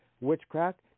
witchcraft